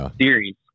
series